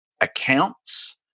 accounts